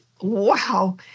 Wow